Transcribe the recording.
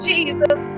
Jesus